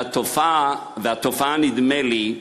והתופעה, נדמה לי,